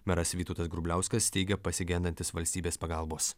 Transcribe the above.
meras vytautas grubliauskas teigė pasigendantis valstybės pagalbos